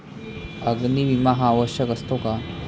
अग्नी विमा हा आवश्यक असतो का?